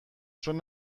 چون